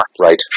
Right